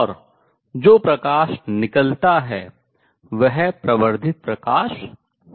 और जो प्रकाश निकलता है वह प्रवर्धित प्रकाश होता है